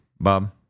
Bob